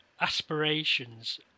aspirations